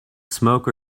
smoke